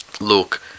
look